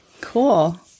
Cool